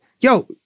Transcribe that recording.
yo